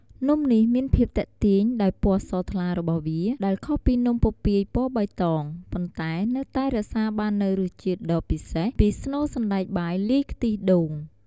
នំនេះមានភាពទាក់ទាញដោយពណ៌សថ្លារបស់វា ដែលខុសពីនំពពាយពណ៌បៃតង ប៉ុន្តែនៅតែរក្សាបាននូវរសជាតិដ៏ពិសេសពីស្នូលសណ្តែកបាយលាយខ្ទិះដូង។